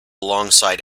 alongside